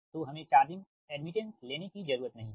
तो हमें charging admittance लेने की जरुरत नही है